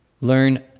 learn